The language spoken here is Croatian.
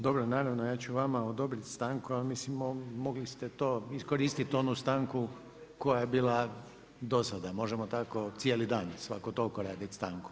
Dobro, naravno ja ću vama odobriti stanku, ali mislim mogli ste iskoristiti onu stanku koja je bila do sada, možemo tako cijeli dan svako toliko raditi stanku.